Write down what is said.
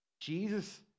Jesus